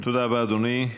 תודה רבה, אדוני.